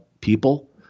people